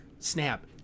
Snap